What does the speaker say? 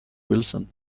willson